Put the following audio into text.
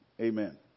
amen